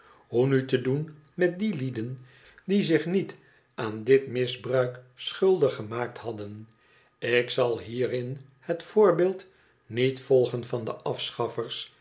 hoe nu te doen met die lieden die zich niet aan dit misbruik schuldig gemaakt hadden ik zal hierin het voorbeeld niet volgen van de afschaffers